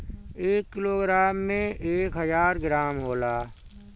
एक किलोग्राम में एक हजार ग्राम होला